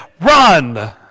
Run